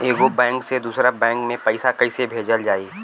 एगो बैक से दूसरा बैक मे पैसा कइसे भेजल जाई?